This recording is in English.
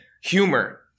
humor